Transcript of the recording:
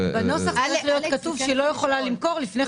בנוסח צריך להיות כתוב שהיא לא יכולה למכור לפני חמש שנים.